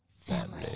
Family